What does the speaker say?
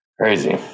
Crazy